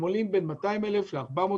הם עולים בין 200,000 ל-400,000,